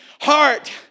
heart